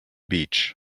beach